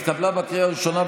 התקבלה בקריאה הראשונה,